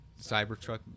Cybertruck